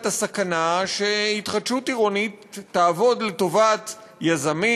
הסכנה שהתחדשות עירונית תעבוד לטובת יזמים,